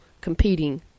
competing